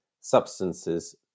substances